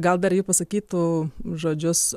gal dar ji pasakytų žodžius